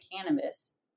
cannabis